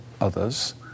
others